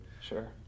Sure